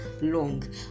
long